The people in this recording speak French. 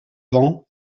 vent